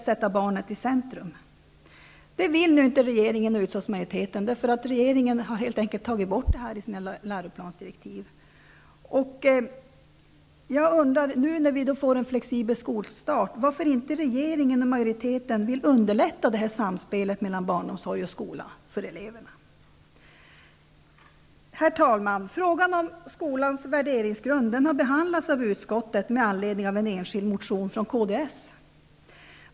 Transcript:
Vi vill på det här sättet sätta barnet i centrum. Herr talman! Frågan om skolans värderingsgrund har behandlats av utskottet med anledning av en enskild motion från Kds.